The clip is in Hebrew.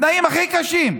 התנאים הכי קשים.